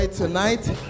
Tonight